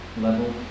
level